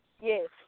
Yes